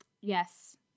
yes